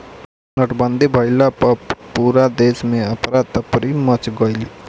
नोटबंदी भइला पअ पूरा देस में अफरा तफरी मच गईल